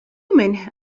منه